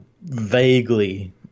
Vaguely